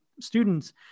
students